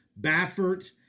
Baffert